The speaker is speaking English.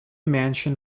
mansion